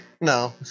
No